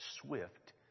swift